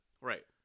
Right